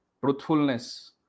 truthfulness